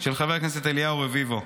של חבר הכנסת אליהו רביבו,